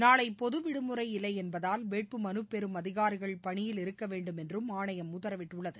நாளை பொதுவிடுமுறை இல்லை என்பதால் வேட்புமனு பெறும் அதிகாரிகள் பணியில் இருக்க வேண்டும் என்றும் ஆணையம் உத்தரவிட்டுள்ளது